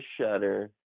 shutter